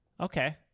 Okay